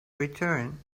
return